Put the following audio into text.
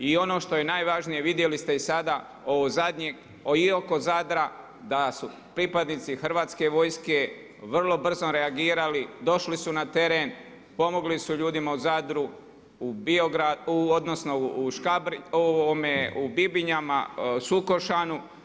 I ono što je najvažnije, vidjeli ste i sada ovo zadnje i oko Zadra da su pripadnici Hrvatske vojske vrlo brzo reagirali, došli su na teren, pomogli su ljudima u Zadru, u Bibinjama, Sukošanu.